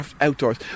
outdoors